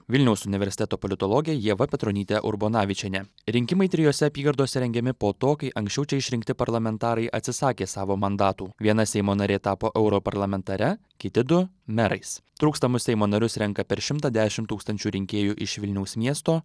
vilniaus universiteto politologė ieva petronytė urbonavičienė rinkimai trijose apygardose rengiami po to kai anksčiau čia išrinkti parlamentarai atsisakė savo mandatų viena seimo narė tapo europarlamentare kiti du merais trūkstamus seimo narius renka per šimtą dešimt tūkstančių rinkėjų iš vilniaus miesto